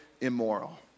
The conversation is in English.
immoral